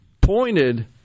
pointed